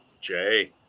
Jay